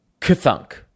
kathunk